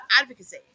advocacy